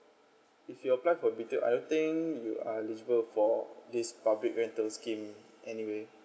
if your apply for B_T_O I don't think you are eligible for this public rental scheme anyway